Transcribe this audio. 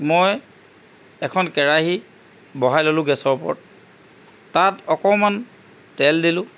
মই এখন কেৰাহী বহাই ল'লোঁ গেছৰ ওপৰত তাত অকণমান তেল দিলোঁ